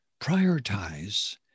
prioritize